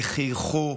וחייכו,